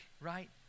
right